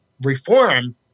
reform